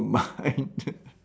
my